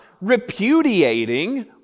repudiating